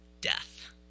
death